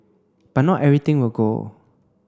but not everything will go